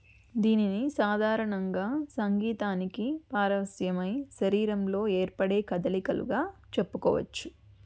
దీనిని సాధారణంగా సంగీతానికి పారవస్యమై శరీరంలో ఏర్పడే కదలికలుగా చెప్పుకోవొచ్చు